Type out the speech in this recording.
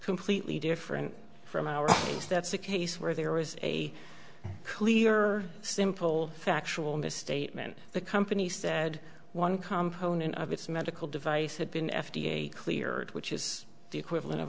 completely different from our that's a case where there was a clear simple factual misstatement the company said one component of its medical device had been f d a cleared which is the equivalent of